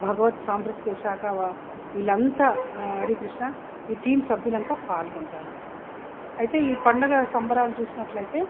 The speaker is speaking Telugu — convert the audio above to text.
భగవత్ సాంస్కృతికశాఖ వా వీళ్ళు అంతా హరికృష్ణ ఈ టీమ్ సభ్యులంతా పాలుకుంటారు అయితే ఈ పండుగ సంబరాలు చూసినట్లయితే